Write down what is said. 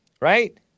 right